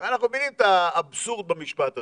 הרי אנחנו מבינים את האבסורד במשפט הזה.